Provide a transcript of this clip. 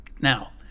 Now